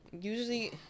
Usually